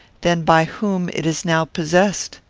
than by whom it is now possessed.